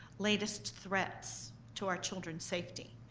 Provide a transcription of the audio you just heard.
latest threats to our children's safety?